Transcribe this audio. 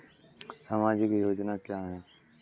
सामाजिक योजना क्या है?